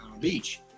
beach